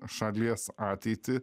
šalies ateitį